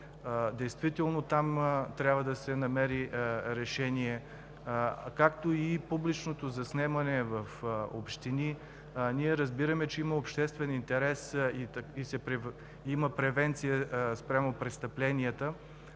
Действително там трябва да се намери решение, както и публичното заснемане в общини. Ние разбираме, че има обществен интерес и има превенция спрямо престъпленията,